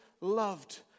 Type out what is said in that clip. loved